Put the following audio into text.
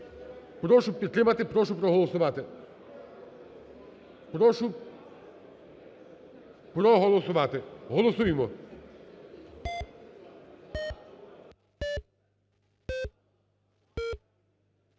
Прошу підтримати, прошу проголосувати. прошу проголосувати, голосуємо.